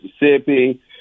Mississippi